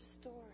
story